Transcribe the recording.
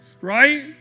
Right